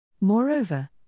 Moreover